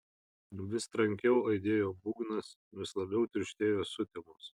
vis trankiau aidėjo būgnas vis labiau tirštėjo sutemos